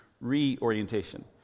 reorientation